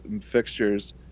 fixtures